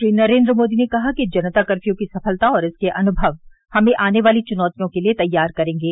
श्री नरेन्द्र मोदी ने कहा जनता कर्फ्यू की सफलता और इसके अनुभव हमें आर्न वाली चुनौतियों के लिए तैयार करेंगे